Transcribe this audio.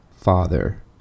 father